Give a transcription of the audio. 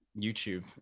youtube